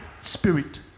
spirit